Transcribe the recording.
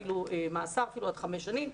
אפילו מאסר עד חמש שנים,